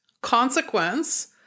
consequence